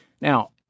Now